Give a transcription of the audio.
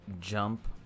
jump